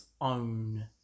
own